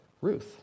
Ruth